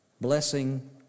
blessing